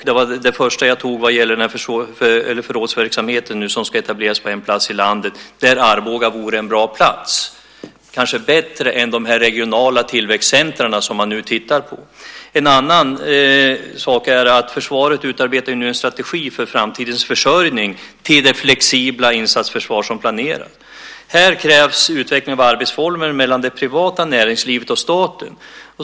Det första exemplet jag tog gällde förrådsverksamheten som nu ska etableras på en plats i landet och där Arboga vore en bra plats, kanske bättre än de regionala tillväxtcentrum som man nu tittar på. En annan sak är att försvaret nu utarbetar en strategi för framtidens försörjning till det flexibla insatsförsvar som planeras. Här krävs utveckling av arbetsformer mellan det privata näringslivet och staten.